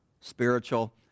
spiritual